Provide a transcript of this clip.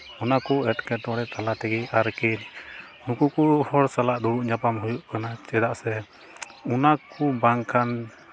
ᱚᱱᱟ ᱠᱚ ᱮᱴᱠᱮᱴᱚᱬᱮ ᱛᱟᱞᱟ ᱛᱮᱜᱮ ᱟᱨᱠᱤ ᱱᱩᱠᱩ ᱠᱚ ᱦᱚᱲ ᱥᱟᱞᱟᱜ ᱫᱩᱲᱩᱵᱽ ᱧᱟᱯᱟᱢ ᱦᱩᱭᱩᱜ ᱠᱟᱱᱟ ᱪᱮᱫᱟᱜ ᱥᱮ ᱚᱱᱟ ᱠᱚ ᱵᱟᱝ ᱠᱷᱟᱱ